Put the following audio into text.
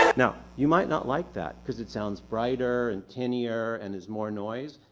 now, you might not like that because it sounds brighter and tinnier and is more noise,